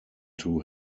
two